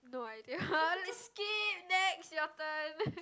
no idea skip next your turn